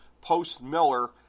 post-Miller